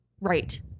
right